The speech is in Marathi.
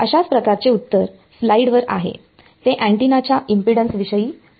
अशाच प्रकारचे उत्तर स्लाइडवर आहे ते अँटिनाच्या इम्पेडन्स विषयी आहे